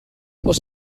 oes